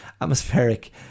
atmospheric